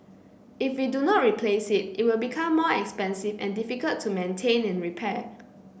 if we do not replace it it will become more expensive and difficult to maintain and repair